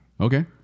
Okay